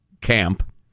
camp